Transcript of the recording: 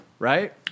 Right